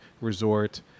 resort